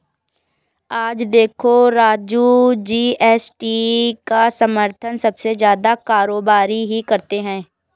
आज देखो राजू जी.एस.टी का समर्थन सबसे ज्यादा कारोबारी ही करते हैं